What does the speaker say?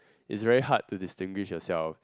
is a very hard to distinguish yourself